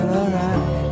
alright